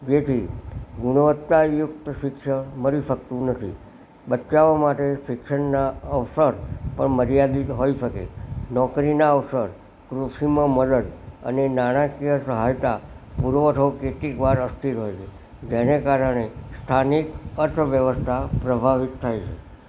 જેથી ગુણવતા યુક્ત શિક્ષણ મળી શકતું નથી બચાવ માટે શિક્ષણના અવસર પણ મર્યાદિત હોઇ શકે નોકરીના અવસર કૃષિમાં મદદ અને નાણાકીય સહાયતા પુરવઠો કેટલીક વાર અસ્થિર હોય છે જેને કારણે સ્થાનિક અર્થવ્યવસ્થા પ્રભાવિત થાય છે